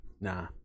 Nah